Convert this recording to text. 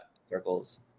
Circles